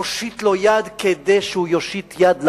הושיט לו יד כדי שהוא יושיט יד לעולם.